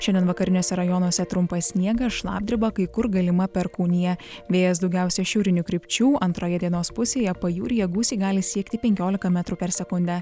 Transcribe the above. šiandien vakariniuose rajonuose trumpas sniegas šlapdriba kai kur galima perkūnija vėjas daugiausia šiaurinių krypčių antroje dienos pusėje pajūryje gūsiai gali siekti penkiolika metrų per sekundę